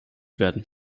werden